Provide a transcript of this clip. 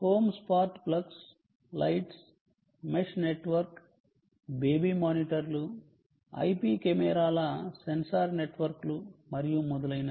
home smart plugs lights mesh network baby మానిటర్లు IP కెమెరాల sensor నెట్వర్క్లు మరియు మొదలైనవి